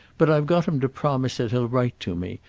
but i've got him to promise that he'll write to me,